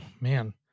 man